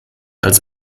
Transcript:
als